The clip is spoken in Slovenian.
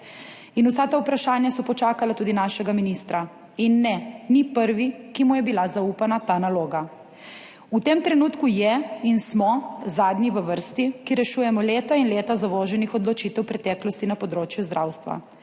vsa ta vprašanja so počakala tudi našega ministra. In ne, ni prvi, ki mu je bila zaupana ta naloga. V tem trenutku je in smo zadnji v vrsti, ki rešujemo leta in leta zavoženih odločitev preteklosti na področju zdravstva.